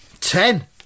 Ten